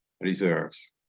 reserves